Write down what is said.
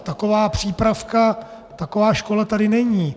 Taková přípravka, taková škola tady není.